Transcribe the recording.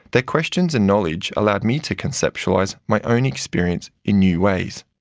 their questions and knowledge allowed me to conceptualise my own experience in new ways.